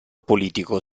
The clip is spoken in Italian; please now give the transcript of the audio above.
politico